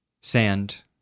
sand